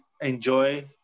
enjoy